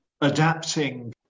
adapting